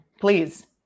please